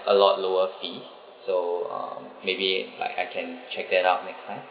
a lot lower fee so um maybe like I can check that out next time